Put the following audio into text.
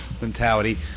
mentality